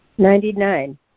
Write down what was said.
Ninety-nine